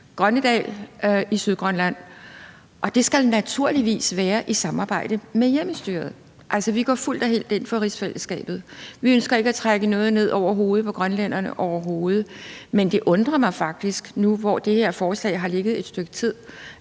Grønnedal i Sydgrønland, og det skal naturligvis være i samarbejde med hjemmestyret. Altså, vi går fuldt og helt ind for rigsfællesskabet, og vi ønsker ikke at trække noget ned over hovedet på grønlænderne, overhovedet ikke. Men det undrer mig faktisk, at regeringen, nu hvor det her forslag har ligget et stykke tid,